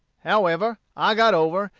however, i got over,